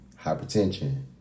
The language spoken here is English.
hypertension